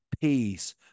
peace